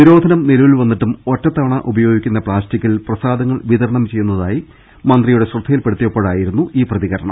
നിരോധനം നിലവിൽ വന്നിട്ടും ഒറ്റത്തവണ ഉപയോഗിക്കുന്ന പ്ലാസ്റ്റിക്കിൽ പ്രസാദങ്ങൾ വിതരണം ചെയ്യുന്നതായി മന്ത്രിയുടെ ശ്രദ്ധ യിൽപെടുത്തിയപ്പോഴായിരുന്നു ഈ പ്രതികരണം